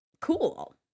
cool